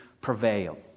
prevail